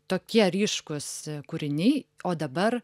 tokie ryškūs kūriniai o dabar